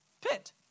pit